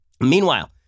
Meanwhile